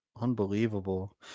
Unbelievable